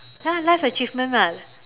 ya life achievement [what]